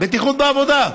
בטיחות בעבודה.